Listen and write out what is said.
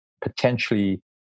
potentially